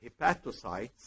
hepatocytes